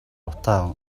утаа